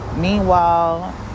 Meanwhile